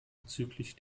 bezüglich